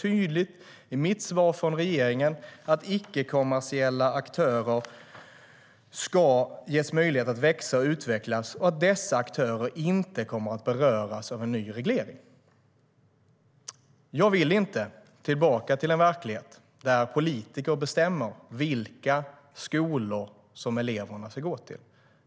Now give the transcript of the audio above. STYLEREF Kantrubrik \* MERGEFORMAT Svar på interpellationerJag vill inte tillbaka till en verklighet där politiker bestämmer vilka skolor som eleverna ska gå till.